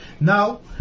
Now